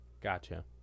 Gotcha